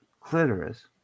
clitoris